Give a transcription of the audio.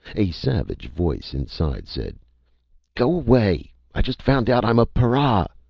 a savage voice inside said go away! i just found out i'm a para!